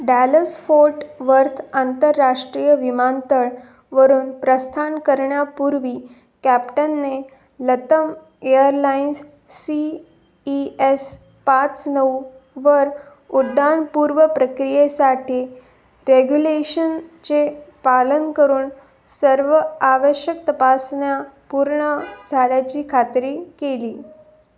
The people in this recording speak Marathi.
डॅलस फोर्ट वर्थ आंतरराष्ट्रीय विमानतळ वरून प्रस्थान करण्यापूर्वी कॅप्टनने LATAM airlines C E S पाच नऊ वर उड्डाणपूर्व प्रक्रियेसाठी रेग्युलेशनचे पालन करून सर्व आवश्यक तपासण्या पूर्ण झाल्याची खात्री केली